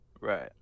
Right